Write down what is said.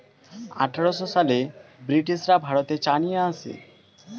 আঠারোশো সালে ব্রিটিশরা ভারতে চা নিয়ে আসে